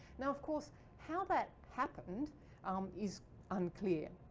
now of course how that happened is unclear.